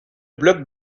blocs